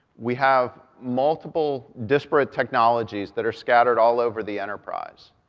we have multiple disparate technologies that are scattered all over the enterprise.